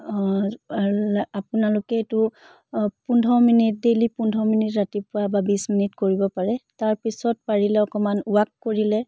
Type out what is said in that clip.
আপোনালোকে এইটো পোন্ধৰ মিনিট ডেইলি পোন্ধৰ মিনিট ৰাতিপুৱা বা বিশ মিনিট কৰিব পাৰে তাৰপিছত পাৰিলে অকণমান ৱাক কৰিলে